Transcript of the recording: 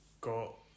got